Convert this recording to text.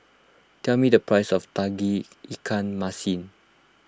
tell me the price of Tauge Ikan Masin